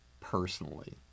personally